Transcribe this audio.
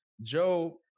joe